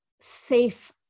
safe